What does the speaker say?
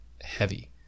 heavy